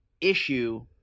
issue